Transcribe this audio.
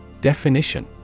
Definition